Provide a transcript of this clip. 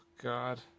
God